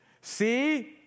See